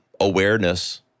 awareness